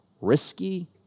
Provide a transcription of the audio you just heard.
risky